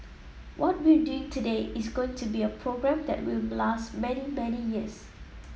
what we're doing today is going to be a program that will last many many years